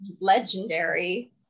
legendary